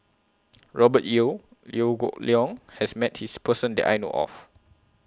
Robert Yeo Liew Geok Leong has Met This Person that I know of